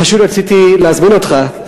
פשוט רציתי להזמין אותך,